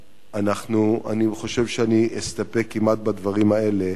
אני חושב שאני אסתפק כמעט בדברים האלה.